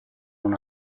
non